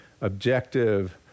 objective